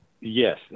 Yes